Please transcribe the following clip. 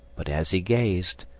but as he gazed,